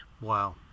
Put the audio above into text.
Wow